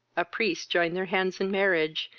a priest joined their hands in marriage,